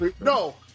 No